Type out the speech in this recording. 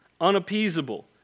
unappeasable